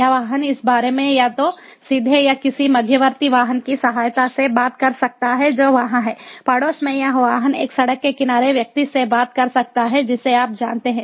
यह वाहन इस बारे में या तो सीधे या किसी मध्यवर्ती वाहन की सहायता से बात कर सकता है जो वहां है पड़ोस में यह वाहन एक सड़क के किनारे व्यक्ति से बात कर सकता है जिसे आप जानते हैं